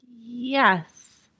Yes